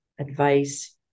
advice